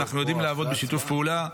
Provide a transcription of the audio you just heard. אנחנו יודעים לעבוד בשיתוף פעולה,